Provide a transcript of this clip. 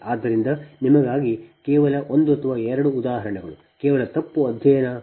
ಆದ್ದರಿಂದ ಆದ್ದರಿಂದ ನಿಮಗಾಗಿ ಕೇವಲ ಒಂದು ಅಥವಾ ಎರಡು ಉದಾಹರಣೆಗಳು ಕೇವಲ ತಪ್ಪು ಅಧ್ಯಯನ